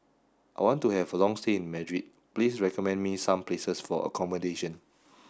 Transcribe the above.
I want to have a long stay in Madrid please recommend me some places for accommodation